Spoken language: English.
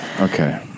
Okay